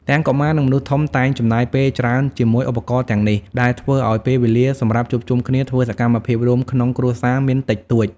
ទាំងកុមារ និងមនុស្សធំ តែងចំណាយពេលច្រើនជាមួយឧបករណ៍ទាំងនេះ ដែលធ្វើឱ្យពេលវេលាសម្រាប់ជួបជុំគ្នាធ្វើសកម្មភាពរួមក្នុងគ្រួសារមានតិចតួច ។